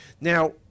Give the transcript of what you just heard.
Now